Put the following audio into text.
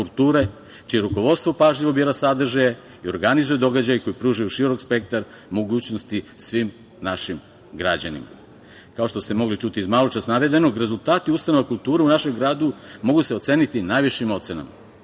kulture čije rukovodstvo pažljivo bira sadržaje i organizuju događaje koji pružaju širok spektar mogućnosti svim našim građanima. Kao što ste mogli čuti iz maločas navedenog, rezultati ustanove kulture u našem gradu mogu se oceniti najvišim ocenama.